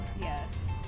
Yes